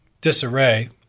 disarray